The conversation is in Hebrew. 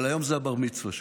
אבל היום זה בר-המצווה שלך.